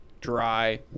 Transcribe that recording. dry